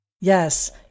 Yes